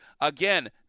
Again